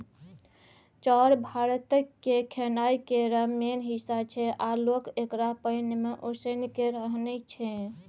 चाउर भारतक खेनाइ केर मेन हिस्सा छै आ लोक एकरा पानि मे उसनि केँ रान्हय छै